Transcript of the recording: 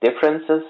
differences